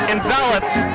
enveloped